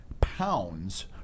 pounds